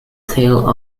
tale